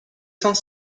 sans